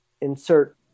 insert